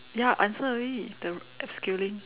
ya answer already the abseiling